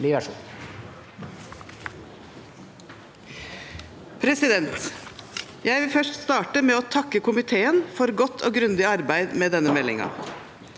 for saken): Jeg vil først starte med å takke komiteen for godt og grundig arbeid med denne meldingen.